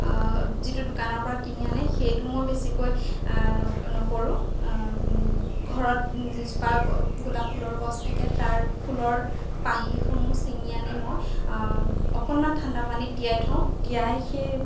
যিটো দোকানৰপৰা কিনি আনে সেইটো মই বেছিকৈ নকৰোঁ ঘৰত যিজোপা গোলাপা ফুলৰ গছ থাকে তাৰ ফুলৰ পাহিসমূহ চিঙি আনি মই অকণমান ঠাণ্ডা পানীত তিয়াই থওঁ তিয়াই সেই